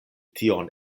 tion